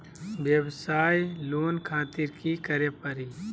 वयवसाय लोन खातिर की करे परी?